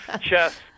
Chess